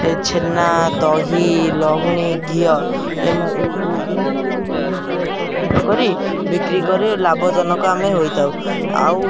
ଏ ଛେନା ଦହି ଲହୁଣୀ ଘିଅ ଏଗୁୁଡ଼ା ସବୁ ବି ମଧ୍ୟ ତିଆରି ପ୍ରସ୍ତୁତ କରି ବିକ୍ରି କରି ଲାଭଜନକ ଆମେ ହୋଇଥାଉ ଆଉ